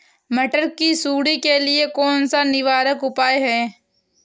मटर की सुंडी के लिए कौन सा निवारक उपाय है?